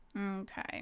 Okay